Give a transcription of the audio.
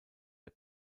der